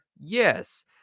Yes